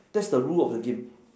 that's the rule of the game